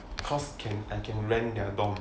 cause can I can rent their dorm